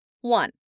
one